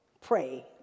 pray